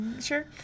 sure